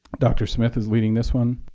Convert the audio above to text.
dr. smith is leading this one,